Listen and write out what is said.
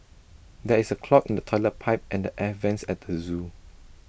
there is A clog in the Toilet Pipe and the air Vents at the Zoo